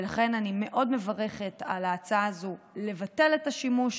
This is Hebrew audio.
ולכן אני מאוד מברכת על ההצעה הזו לבטל את השימוש